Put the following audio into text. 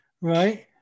right